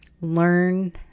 learn